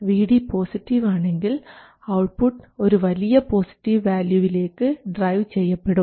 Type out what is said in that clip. Vd positive ആണെങ്കിൽ output ഒരു വലിയ പോസിറ്റീവ് വാല്യൂവിലേക്ക് ഡ്രൈവ് ചെയ്യപ്പെടും